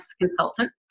consultant